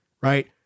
right